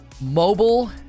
Mobile